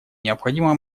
необходима